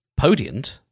Podient